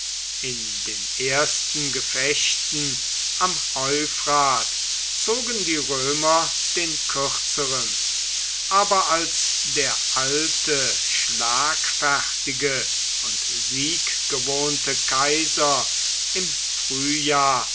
in den ersten gefechten am euphrat zogen die römer den kürzeren aber als der alte schlagfertige und sieggewohnte kaiser im frühjahr